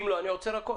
אם לא אני עוצר הכול.